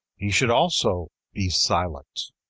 he should also be silent.